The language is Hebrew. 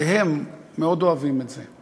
והם מאוד אוהבים את זה,